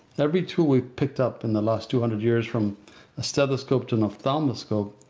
every tool we've picked up in the last two hundred years from a stethoscope to an opthalmoscope,